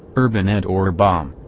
urban et orbam.